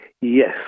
Yes